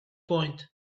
point